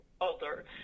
Older